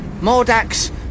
Mordax